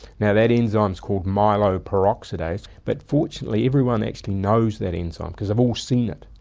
yeah that enzyme is called myeloperoxidase, but fortunately everyone actually knows that enzyme because they've all seen it,